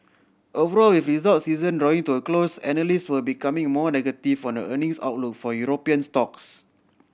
overall with results season drawing to a close analysts were becoming more negative on the earnings outlook for European stocks